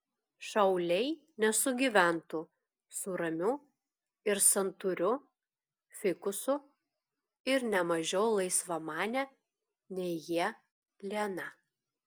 šauliai nesugyventų su ramiu ir santūriu fikusu ir ne mažiau laisvamane nei jie liana